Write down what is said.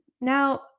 Now